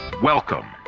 Welcome